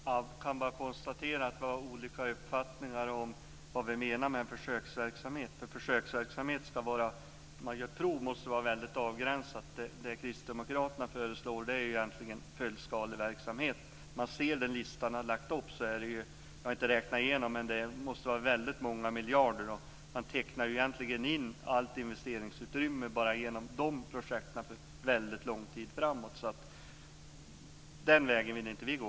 Fru talman! Jag kan bara konstatera att vi har olika uppfattningar om vad vi menar med försöksverksamhet. En försöksverksamhet ska vara att man gör ett prov och måste vara väldigt avgränsad. Det kristdemokraterna föreslår är egentligen fullskaleverksamhet. När man tittar på den lista som kristdemokraterna har lagt fram måste det röra sig om väldigt många miljarder, även om jag inte har räknat igenom detta. Man tecknar ju egentligen in allt investeringsutrymme bara genom de projekten för väldigt lång tid framåt, så den vägen vill inte vi gå.